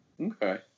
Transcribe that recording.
Okay